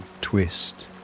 twist